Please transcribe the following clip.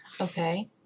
Okay